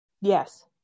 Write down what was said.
Yes